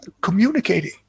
communicating